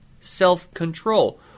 self-control